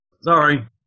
Sorry